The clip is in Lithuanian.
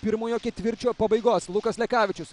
pirmojo ketvirčio pabaigos lukas lekavičius